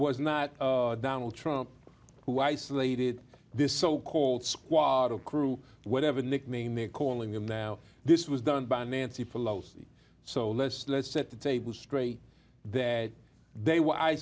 was not donald trump who isolated this so called squad of crew whatever nickname they're calling him now this was done by nancy pelosi so let's let's set the table straight that they